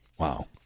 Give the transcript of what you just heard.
Wow